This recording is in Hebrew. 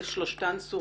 ושלושתן סורבו?